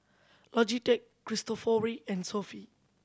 Logitech Cristofori and Sofy